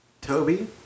Toby